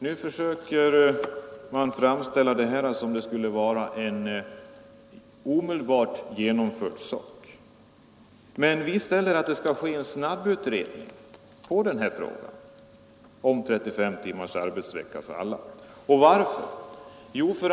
Nu försöker man framställa detta som om det skulle vara något som skall genomföras omedelbart. Men vi ställer yrkandet att det skall ske en snabbutredning av frågan om 35 timmars arbetsvecka för alla. Varför?